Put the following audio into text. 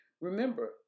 Remember